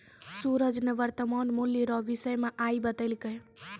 सूरज ने वर्तमान मूल्य रो विषय मे आइ बतैलकै